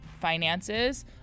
finances